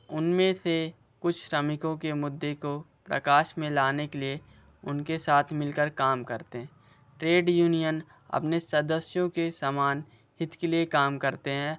उन में से कुछ श्रमिकों के मुद्दे को प्रकाश में लाने के लिए उनके साथ मिल कर काम करतें ट्रेड यूनियन अपने सदस्यों के समान हित के लिए काम करते हैं